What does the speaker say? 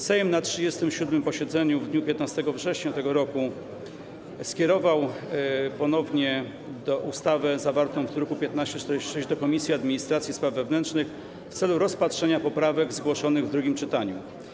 Sejm na 37. posiedzeniu w dniu 15 września tego roku skierował ponownie projekt ustawy zawarty w druku nr 1546 do Komisji Administracji i Spraw Wewnętrznych w celu rozpatrzenia poprawek zgłoszonych w drugim czytaniu.